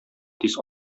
тиз